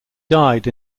died